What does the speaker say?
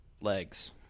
legs